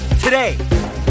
today